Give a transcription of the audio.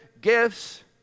gifts